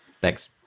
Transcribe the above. Thanks